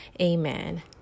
Amen